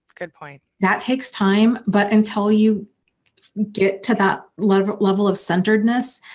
good point. that takes time, but until you get to that level level of centeredness,